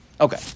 Okay